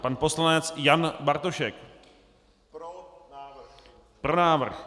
Pan poslanec Jan Bartošek: Pro návrh.